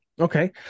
Okay